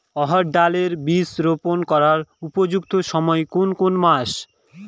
অড়হড় ডাল এর বীজ রোপন করার উপযুক্ত সময় কোন কোন মাস?